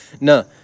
no